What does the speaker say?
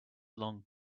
long